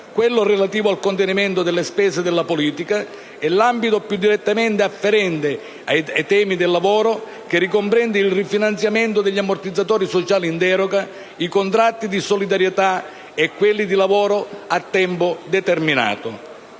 quello relativo ai contenimento delle spese della politica, e l'ambito più direttamente afferente ai temi del lavoro, che ricomprende il rifinanziamento degli ammortizzatori sociali in deroga, i contratti di solidarietà e quelli di lavoro a tempo determinato.